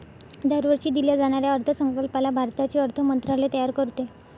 दरवर्षी दिल्या जाणाऱ्या अर्थसंकल्पाला भारताचे अर्थ मंत्रालय तयार करते